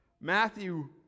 Matthew